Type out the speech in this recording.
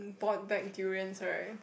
bought back durian right